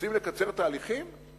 רוצים לקצר תהליכים?